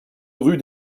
rue